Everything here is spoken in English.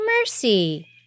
Mercy